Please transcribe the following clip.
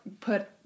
put